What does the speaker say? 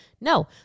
No